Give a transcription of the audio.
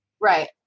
Right